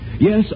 Yes